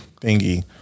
thingy